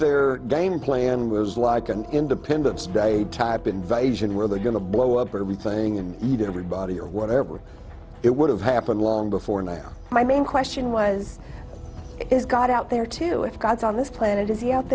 their game plan was like an independence day type invasion where they're going to blow up everything and eat everybody or whatever it would have happened long before now my main question was is god out there too if god's on this planet is he out